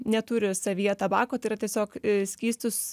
neturi savyje tabako tai yra tiesiog skystis